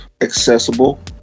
accessible